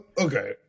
Okay